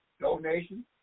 donation